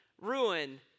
ruin